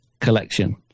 collection